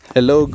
Hello